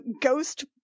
ghost